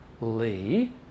Lee